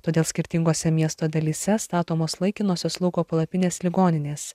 todėl skirtingose miesto dalyse statomos laikinosios lauko palapinės ligoninės